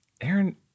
Aaron